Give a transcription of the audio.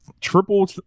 triple